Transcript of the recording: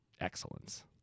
excellence